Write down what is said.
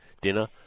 dinner